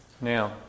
Now